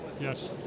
yes